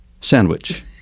sandwich